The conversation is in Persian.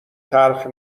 تلخ